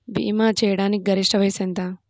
భీమా చేయాటానికి గరిష్ట వయస్సు ఎంత?